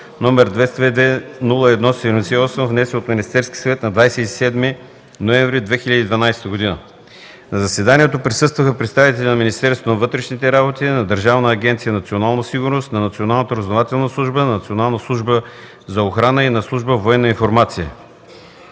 № 202-01-78, внесен от Министерския съвет на 27 ноември 2012 г. На заседанието присъстваха представители на Министерството на вътрешните работи, на Държавната агенция „Национална сигурност”, на Националната разузнавателна служба, на Националната служба за охрана и на Служба „Военна информация”.